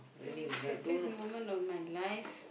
is this happiest moment of my life